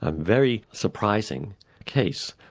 ah very surprising case.